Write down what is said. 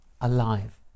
alive